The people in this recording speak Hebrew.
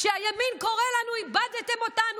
כשהימין קורא לנו: איבדתם אותנו,